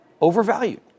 overvalued